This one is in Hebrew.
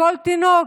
לכל תינוק,